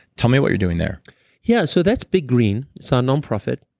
tell me what you're doing there yeah so that's big green. it's our nonprofit.